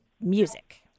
music